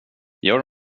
gör